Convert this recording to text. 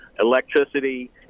Electricity